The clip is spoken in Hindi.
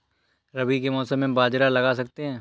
रवि के मौसम में बाजरा लगा सकते हैं?